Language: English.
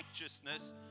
righteousness